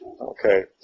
Okay